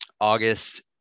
august